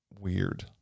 weird